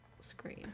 screen